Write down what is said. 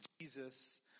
jesus